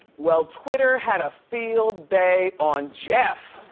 well twitter had a field day on jeff.